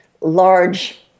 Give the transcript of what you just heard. large